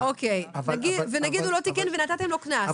נניח שהוא לא תיקן ונתתם לו קנס,